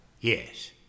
Yes